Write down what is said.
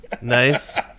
Nice